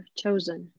chosen